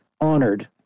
honored